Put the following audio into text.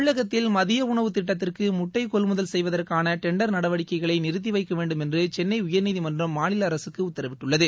தமிழகத்தில் மதியஉணவு திட்டத்திற்கு முட்டை கொள்முதல் செய்வதற்காள டெண்டர் நடவடிக்கைகளை நிறுத்தி வைக்கவேண்டும் என்று சென்னை உயர்நீதிமன்றம் மாநில அரசுக்கு உத்தரவிட்டுள்ளது